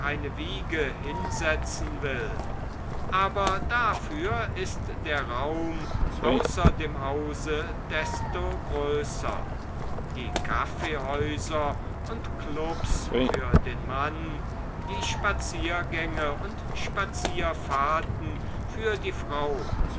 wiege hinsetzen will aber dafür ist der raum außer dem hause desto größer die kaffeehäuser und klubs für den mann die spaziergänge und spazierfahrten für die frau